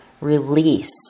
release